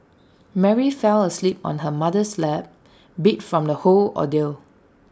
Mary fell asleep on her mother's lap beat from the whole ordeal